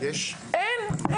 אין.